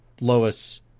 Lois